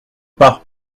pas